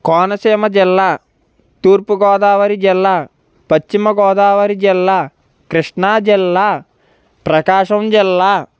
కోనసీమ జిల్లా తూర్పుగోదావరి జిల్లా పశ్చిమగోదావరి జిల్లా కృష్ణా జిల్లా ప్రకాశం జిల్లా